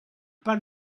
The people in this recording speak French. pas